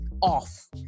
off